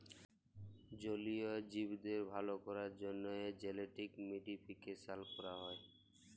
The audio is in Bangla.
জলীয় জীবদের ভাল ক্যরার জ্যনহে জেলেটিক মডিফিকেশাল ক্যরা হয়